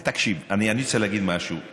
תקשיב, אני רוצה להגיד משהו.